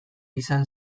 izan